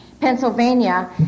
Pennsylvania